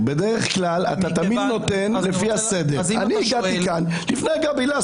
תמיד נותן לפי הסדר והייתי פה לפניה.